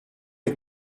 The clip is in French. est